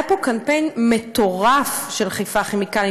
היה פה קמפיין מטורף של "חיפה כימיקלים",